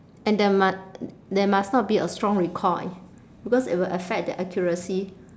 and there mu~ there must not be a strong recoil because it will affect the accuracy